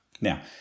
Now